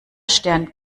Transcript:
stern